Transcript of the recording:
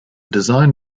design